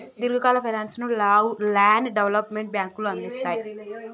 దీర్ఘకాలిక ఫైనాన్స్ ను land development బ్యేంకులు అందిస్తయ్